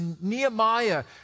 Nehemiah